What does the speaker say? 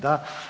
Da.